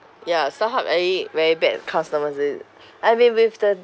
ya starhub very very bad customer service I've been with the